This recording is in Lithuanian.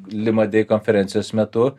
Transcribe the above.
lima dei konferencijos metu